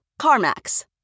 CarMax